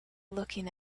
looking